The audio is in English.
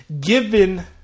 given